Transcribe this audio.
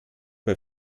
bei